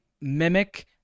mimic